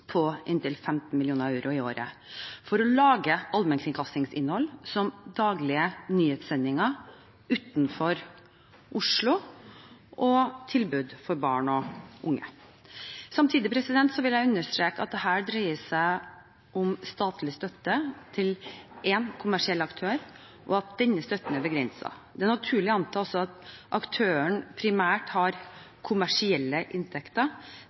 på inntil 15 mill. euro i året for å lage allmennkringkastingsinnhold, som daglige nyhetssendinger utenfor Oslo og tilbud for barn og unge. Samtidig vil jeg understreke at dette dreier seg om statlig støtte til én kommersiell aktør, og at denne støtten er begrenset. Det er også naturlig å anta at aktøren primært har kommersielle inntekter.